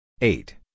eight